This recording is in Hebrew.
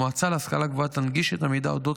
המועצה להשכלה גבוהה תנגיש את המידע על אודות